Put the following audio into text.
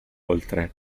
oltre